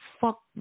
fuck